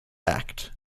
act